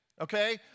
okay